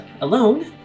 alone